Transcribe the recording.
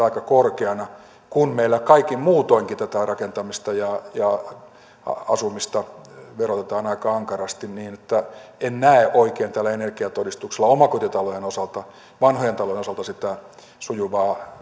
aika korkeana kun meillä kaikin muutoinkin tätä rakentamista ja ja asumista verotetaan aika ankarasti niin että en näe oikein tällä energiatodistuksella omakotitalojen osalta vanhojen talojen osalta sitä sujuvaa